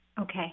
Okay